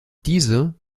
diese